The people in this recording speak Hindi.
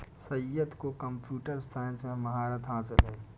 सैयद को कंप्यूटर साइंस में महारत हासिल है